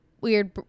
weird